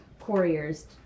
couriers